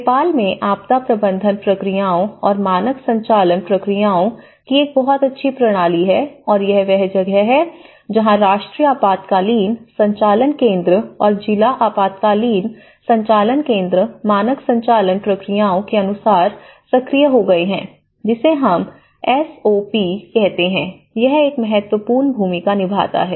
नेपाल में आपदा प्रबंधन प्रक्रियाओं और मानक संचालन प्रक्रियाओं की एक बहुत अच्छी प्रणाली है और यह वह जगह है जहां राष्ट्रीय आपातकालीन संचालन केंद्र और जिला आपातकालीन संचालन केंद्र मानक संचालन प्रक्रियाओं के अनुसार सक्रिय हो गए हैं जिसे हम एस ओ पी कहते हैं यह एक महत्वपूर्ण भूमिका निभाता है